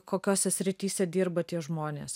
kokiose srityse dirba tie žmonės